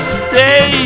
stay